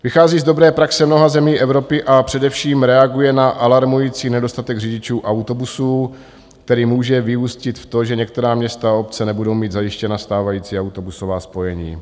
Vychází z dobré praxe mnoha zemí Evropy a především reaguje na alarmující nedostatek řidičů autobusů, který může vyústit v to, že některá města a obce nebudou mít zajištěna stávající autobusová spojení.